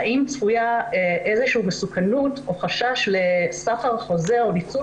האם צפוי איזו מסוכנות או חשש לסחר חוזר או ניצול